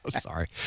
Sorry